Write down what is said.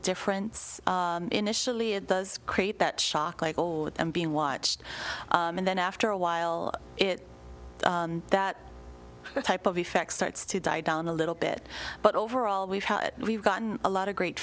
difference initially it does create that shock like old being watched and then after a while it that type of effect starts to die down a little bit but overall we've we've gotten a lot of great